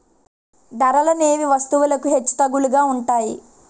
ధరలనేవి వస్తువులకు హెచ్చుతగ్గులుగా ఉంటాయి